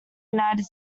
united